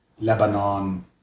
Lebanon